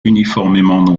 uniformément